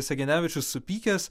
segenevičius supykęs